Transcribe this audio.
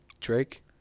Drake